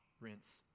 rinse